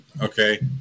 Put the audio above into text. Okay